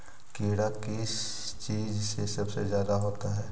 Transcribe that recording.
कीड़ा किस चीज से सबसे ज्यादा होता है?